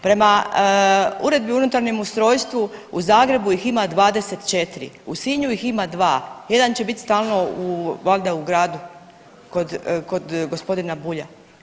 Prema uredbi o unutarnjem ustrojstvu u Zagrebu ih ima 24, u Sinju ih ima 2 jedan će biti stalno valjda u gradu kod, kod gospodina Bulja.